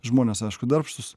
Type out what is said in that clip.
žmonės aišku darbštūs